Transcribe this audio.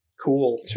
cool